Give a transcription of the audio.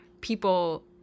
People